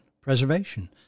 preservation